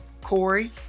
Corey